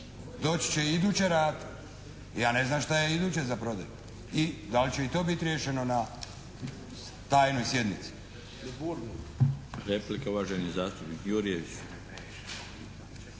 Doći će i iduća rata. Ja ne znam šta je iduće za prodati i da li će i to biti riješeno na tajnoj sjednici. **Milinović,